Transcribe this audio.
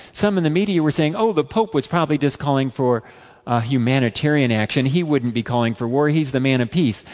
some of the media were saying, oh the pope probably just calling for humanitarian action. he wouldn't be calling for war, he is the man of peace.